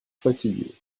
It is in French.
fatigué